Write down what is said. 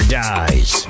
dies